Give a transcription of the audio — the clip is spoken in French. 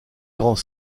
grands